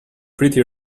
pretty